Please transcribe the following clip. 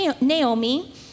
Naomi